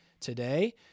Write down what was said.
today